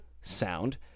sound